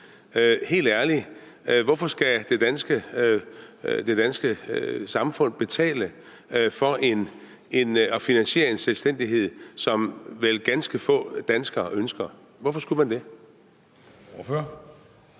Helt ærligt, hvorfor skal det danske samfund betale for at finansiere en selvstændighed, som vel ganske få danskere ønsker? Hvorfor skulle man det?